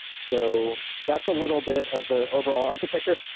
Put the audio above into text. so that's a little bit of the overall architecture.